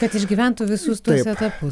kad išgyventų visus tuos etapus